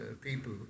people